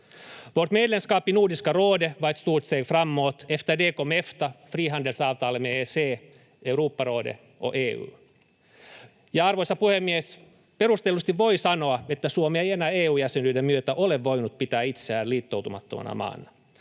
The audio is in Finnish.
Vårt medlemskap i Nordiska rådet var ett stort steg framåt. Efter det kom EFTA, frihandelsavtalet med EEC, Europarådet och EU. Arvoisa puhemies! Perustellusti voi sanoa, että Suomi ei enää EU-jäsenyyden myötä ole voinut pitää itseään liittoutumattomana maana.